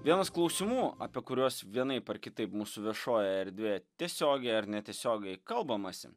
vienas klausimų apie kuriuos vienaip ar kitaip mūsų viešojoj erdvėj tiesiogiai ar netiesiogiai kalbamasi